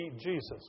Jesus